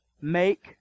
make